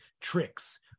tricks